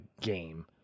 game